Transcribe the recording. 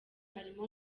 arimo